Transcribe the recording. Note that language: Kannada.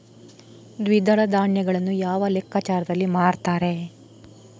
ದ್ವಿದಳ ಧಾನ್ಯಗಳನ್ನು ಯಾವ ಲೆಕ್ಕಾಚಾರದಲ್ಲಿ ಮಾರ್ತಾರೆ?